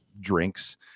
drinks